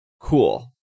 cool